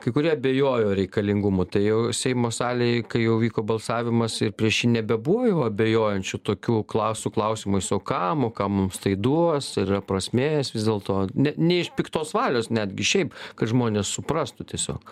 kai kurie abejojo reikalingumu tai jau seimo salėj kai jau vyko balsavimas ir prieš jį nebebuvo jau abejojančių tokių klausiu klausimais o kam ką mums tai duos ir yra prasmės vis dėlto ne ne iš piktos valios netgi šiaip kad žmonės suprastų tiesiog